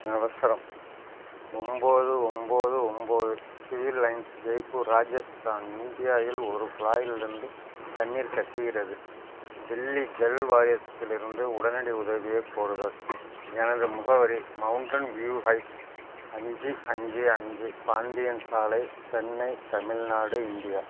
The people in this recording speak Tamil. அவசரம் ஒன்போது ஒன்போது ஒன்போது சிவில் லைன்ஸ் ஜெய்ப்பூர் ராஜஸ்தான் இந்தியாயில் ஒரு குழாயிலிருந்து தண்ணீர் கசிகின்றது தில்லி ஜல் வாரியத்திலிருந்து உடனடி உதவியைக் கோருதல் எனது முகவரி மவுண்டன் வியூ ஹைட்ஸ் அஞ்சு அஞ்சு அஞ்சு பாந்தியன் சாலை சென்னை தமிழ்நாடு இந்தியா